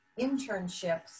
internships